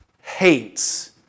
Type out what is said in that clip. hates